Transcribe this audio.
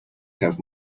have